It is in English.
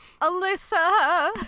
Alyssa